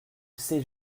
sait